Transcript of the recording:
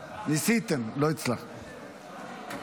--- ניסיתם, לא הצלחתם.